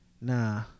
nah